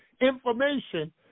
information